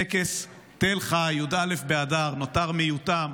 טקס תל חי, י"א באדר, נותר מיותם,